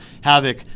havoc